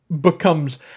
becomes